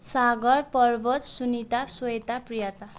Sagar Parvat Sunita Sweta Priyata